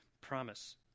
promise